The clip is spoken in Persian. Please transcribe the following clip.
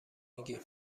میگی